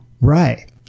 Right